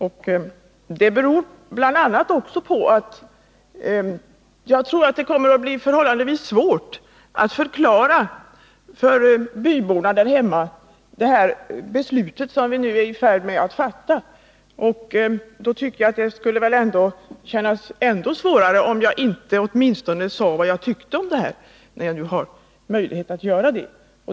Jag tror också det kommer att bli förhållandevis svårt att för byborna hemma förklara det beslut som vi nu är i färd med att fatta, och det skulle kännas ännu svårare om jag inte åtminstone sade vad jag tyckte om det när jag har möjlighet att göra det.